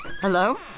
Hello